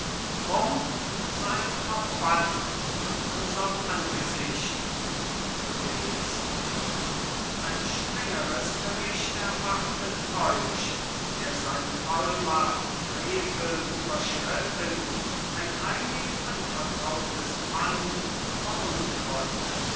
drum seid verbannt von unserm angesicht zu davison ein strengeres gericht erwartet euch der seine vollmacht frevelnd überschritten ein heilig anvertrautes pfand veruntreut